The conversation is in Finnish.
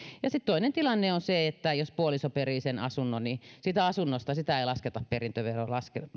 sitten toinen tilanne on se että jos puoliso perii sen asunnon niin sitä asuntoa ei lasketa perintöveron